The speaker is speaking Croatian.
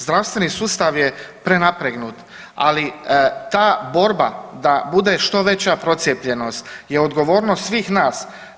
Zdravstveni sustav je prenapregnut, ali ta borba da bude što veća procijepljenost je odgovornost svih nas.